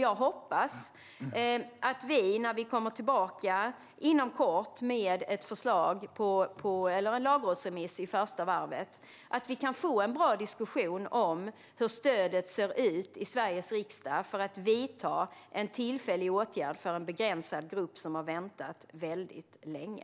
Jag hoppas att vi, när vi kommer tillbaka inom kort med ett förslag eller en lagrådsremiss i första vändan, kan få en bra diskussion om hur stödet ser ut i Sveriges riksdag för att vidta en tillfällig åtgärd för en begränsad grupp som har väntat väldigt länge.